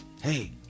hey